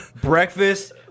breakfast